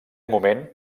moment